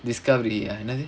discovery